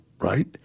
Right